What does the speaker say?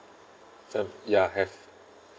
fam~ ya have